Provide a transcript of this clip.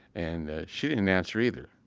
and she didn't answer either.